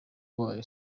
wayo